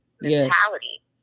mentality